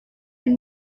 and